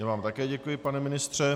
Já vám také děkuji, pane ministře.